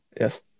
Yes